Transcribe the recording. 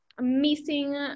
missing